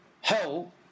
hell